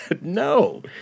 No